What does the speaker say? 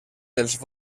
dels